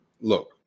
look